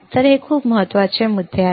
तर हे खूप महत्वाचे मुद्दे आहेत